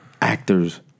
actors